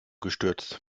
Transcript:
gestürzt